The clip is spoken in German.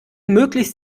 möglichst